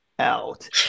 out